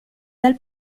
dal